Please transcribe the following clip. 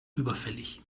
überfällig